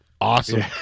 Awesome